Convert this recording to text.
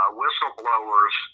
whistleblowers